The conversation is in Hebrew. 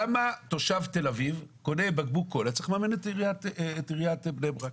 למה תושב תל אביב שקונה בקבוק קולה צריך לממן את עיריית בני ברק?